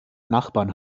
nachbarn